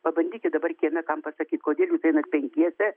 pabandykit dabar kieme kam pasakyt kodėl jūs einat penkiese